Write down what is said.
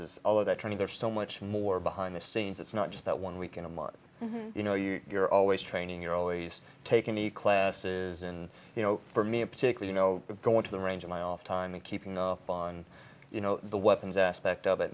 is all of that training there's so much more behind the scenes it's not just that one week in a month you know you're always training you're always taking the classes and you know for me in particular you know going to the range in my off time and keeping up on you know the weapons aspect of it